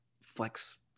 flex